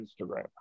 instagram